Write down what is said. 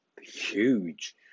huge